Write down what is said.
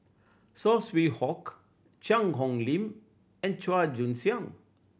Saw Swee Hock Cheang Hong Lim and Chua Joon Siang